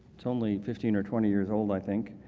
it's only fifteen or twenty years old, i think.